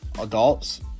adults